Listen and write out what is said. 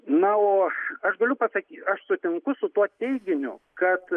na o aš aš galiu pasakyt aš sutinku su tuo teiginiu kad